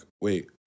wait